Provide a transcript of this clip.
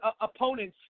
opponent's